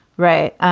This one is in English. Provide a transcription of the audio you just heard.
right.